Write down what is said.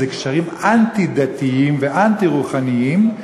זה קשרים אנטי-דתיים ואנטי-רוחניים,